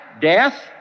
Death